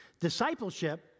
Discipleship